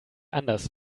anders